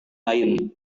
lain